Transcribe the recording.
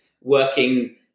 working